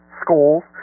schools